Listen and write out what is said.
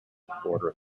quarter